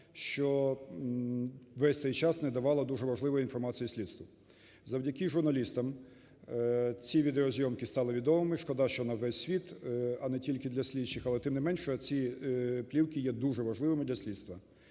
що весь цей час не давало дуже важливої інформації слідству. Завдяки журналістам ці відеозйомки стали відомими. Шкода, що на весь світ, а не тільки для слідчих. Але тим не менше, ці плівки є дуже важливими для слідства.